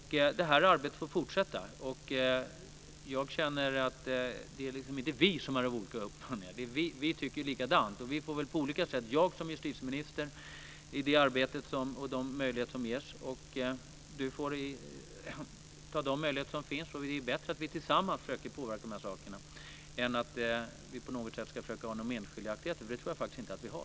Det här arbetet får fortsätta. Jag känner att det inte är vi som har olika uppfattningar. Vi tycker likadant. Vi får på olika sätt driva detta arbete, jag med de möjligheter som ges en justitieminister och Désirée Pethrus Engström får ta vara på de möjligheter hon har. Det är bättre att vi tillsammans försöker påverka de här sakerna än att vi på något sätt ska försöka ha några meningsskiljaktigheter, för det tror jag faktiskt inte att vi har.